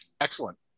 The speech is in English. Excellent